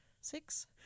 Six